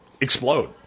explode